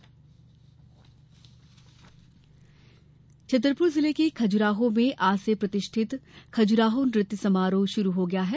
खज्राहों समारोह छतरपुर जिले के खजुराहो में आज से प्रतिष्ठित खजुराहो नृत्य समारोह शुरू हो गया है